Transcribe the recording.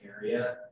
area